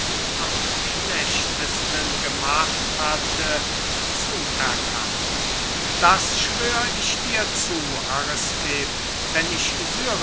am schlechtesten gemacht hatte zuerkannt das schwör ich dir zu aristipp wenn ich